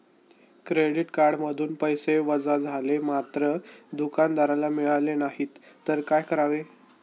Credit कार्डमधून पैसे वजा झाले मात्र दुकानदाराला मिळाले नाहीत तर काय करावे?